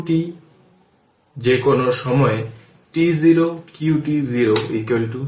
DC voltage প্রয়োগ করার সময় এটি অবশ্যই একটি স্ট্যাডি স্টেট